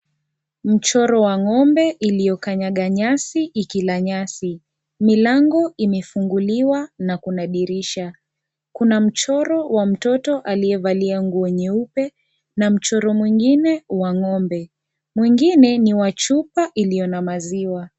Mchoro wa ngombe iliyokanyaga nyasi ikila nyasi. Milango imefunguliwa na kuna dirisha. Kuna mchoro wa mtoto aliyevalia nguo nyeupe na mchoro mwengine wa ngombe. Mwengine ni wa chupa ulio na maziwa.